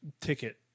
ticket